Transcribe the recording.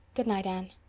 good night, anne.